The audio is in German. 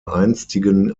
einstigen